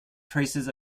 traces